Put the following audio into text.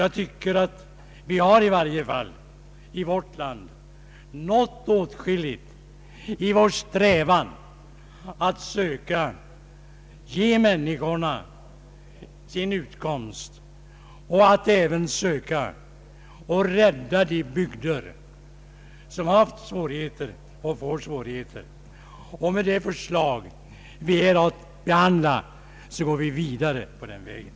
Jag tycker att vi i vårt land har åstadkommit åtskilligt i vår strävan att söka ge människorna möjligheter till utkomst och rädda de bygder som har haft svårigheter och kommer att få svårigheter. Med det förslag som kammaren i dag har att behandla går vi vidare på den vägen.